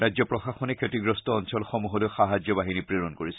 ৰাজ্য প্ৰশাসনে ক্ষতিগ্ৰস্ত অঞ্চলসমূহলৈ সাহায্য বাহিনী প্ৰেৰণ কৰিছে